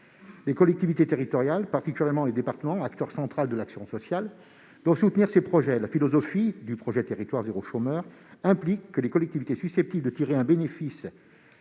Les collectivités territoriales, particulièrement les départements, acteurs centraux de l'action sociale, doivent soutenir ces projets. La philosophie de l'expérimentation « territoires zéro chômeur de longue durée » implique que les collectivités susceptibles de tirer un bénéfice